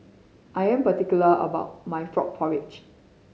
I am particular about my frog porridge